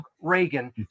reagan